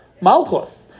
Malchus